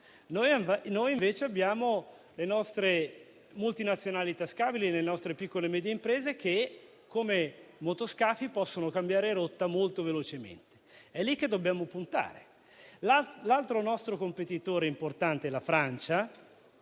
Noi invece abbiamo le nostre multinazionali tascabili, le nostre piccole e medie imprese, che, come motoscafi, possono cambiare rotta molto velocemente: è lì che dobbiamo puntare. L'altro nostro competitore importante, la Francia,